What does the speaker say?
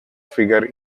figure